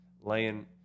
laying